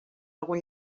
algun